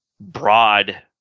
broad